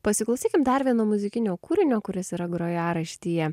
pasiklausykim dar vieno muzikinio kūrinio kuris yra grojaraštyje